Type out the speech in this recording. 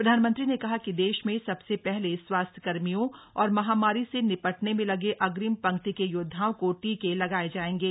प्रधानमंत्री ने कहा कि देश में सबसे पहले स्वास्थ्यकर्मियों और महामारी से निपटने में लगे अग्रिम पंक्ति के योदधाओं को टीके लगाये जायेंगे